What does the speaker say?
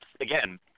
again